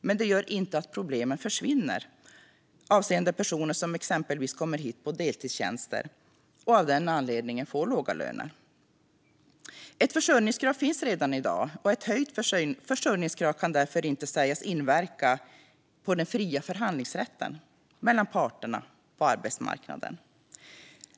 Men det gör inte så att problemen försvinner avseende personer som exempelvis kommer hit på deltidstjänster och av den anledningen får låga löner. Ett försörjningskrav finns redan i dag. Ett höjt försörjningskrav kan därför inte sägas inverka på den fria förhandlingsrätten mellan parterna på arbetsmarknaden.